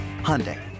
Hyundai